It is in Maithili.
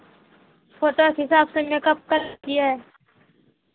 फोटोके हिसाबसँ मेकअप करै छियै